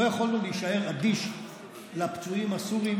לא יכולנו להישאר אדישים לפצועים הסורים